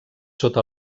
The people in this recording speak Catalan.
sota